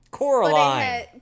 Coraline